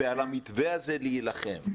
ועל המתווה הזה להילחם.